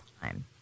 time